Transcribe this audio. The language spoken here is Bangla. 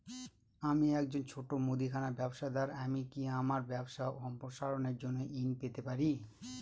আমি একজন ছোট মুদিখানা ব্যবসাদার আমি কি আমার ব্যবসা সম্প্রসারণের জন্য ঋণ পেতে পারি?